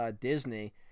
Disney